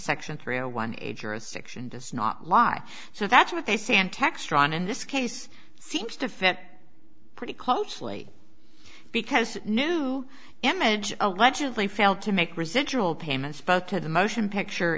section three a one age or a section does not lie so that's what they say and textron in this case seems to fit pretty closely because new image allegedly failed to make residual payments both to the motion picture